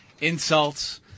insults